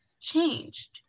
changed